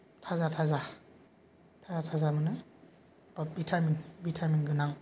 थाजा थाजा थाजा थाजा मोनो बा भिटामिन भिटामिन गोनां